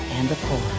and the poor.